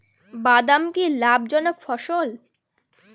বাদাম কি লাভ জনক ফসল?